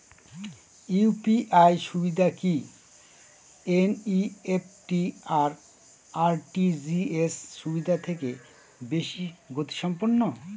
UPI সুবিধা কি NEFT আর আর.টি.জি.এস সুবিধা থেকে বেশি গতিসম্পন্ন?